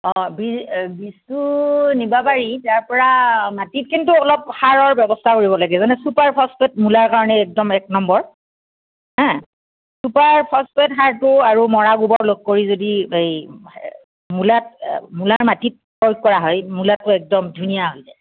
অঁ বী বীজটো নিব পাৰি তাৰ পৰা মাটিত কিন্তু অলপ সাৰৰ ব্যৱস্থা কৰিব লাগে যেনে চুপাৰ ফচফেট মূলাৰ কাৰণে একদম এক নম্বৰ হে চুপাৰ ফচ্ফেট সাৰটো আৰু মৰা গোবৰ লগ কৰি যদি এই মূলাত মূলাৰ মাটিত প্ৰয়োগ কৰা হয় মূলাটো একদম ধুনীয়া হৈ যায়